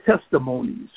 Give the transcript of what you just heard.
testimonies